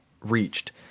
reached